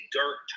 dirt